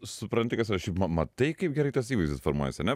supranti kas yra šiaip ma matai kaip gerai tas įvaizdis formuojasi ar ne